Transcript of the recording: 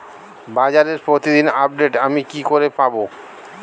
বাজারের প্রতিদিন আপডেট আমি কি করে পাবো?